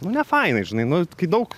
nu nefainai žinai nu kai daug